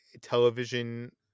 television